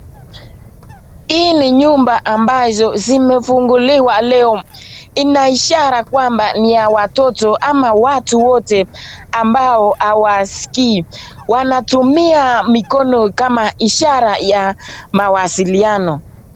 Hii ni nyumba ambazo zimefunguliwa leo, ina ishara kwamba ya watoto ama watu wote ambao hawaskii, wanatumia mikono kama ishara ya mawasiliano.